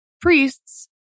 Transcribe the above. priests